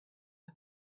amb